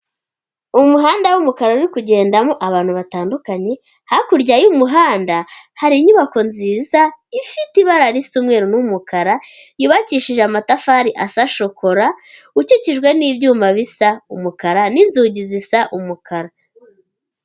Umuhanda w'umukara uri kugendamo abantu batandukanye, hakurya y'umuhanda hari inyubako nziza ifite ibara risa umweru n'umukara, yubakishije amatafari asa shokora, ukikijwe n'ibyuma bisa umukara n'inzugi zisa umukara.